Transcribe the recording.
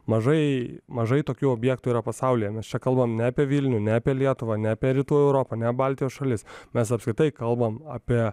mažai mažai tokių objektų yra pasaulyje mes čia kalbam ne apie vilnių ne apie lietuvą ne apie rytų europą ne baltijos šalis mes apskritai kalbam apie